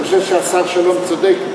אני חושב שהשר שלום צודק,